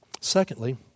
Secondly